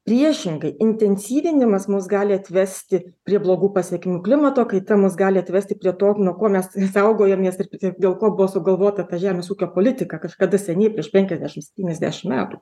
priešingai intensyvinimas mus gali atvesti prie blogų pasekmių klimato kaita mus gali atvesti prie to nuo ko mes ir saugojomės ir peti dėl ko buvo sugalvota ta žemės ūkio politika kažkada seniai prieš penkiasdešimt septyniasdešimt metų